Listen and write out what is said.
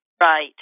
Right